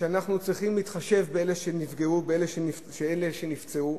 אנחנו צריכים להתחשב באלה שנפגעו, באלה שנפצעו,